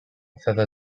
feather